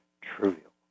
trivial